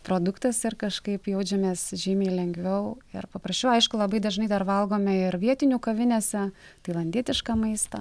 produktas ir kažkaip jaučiamės žymiai lengviau ir paprasčiau aišku labai dažnai dar valgome ir vietinių kavinėse tailandietišką maistą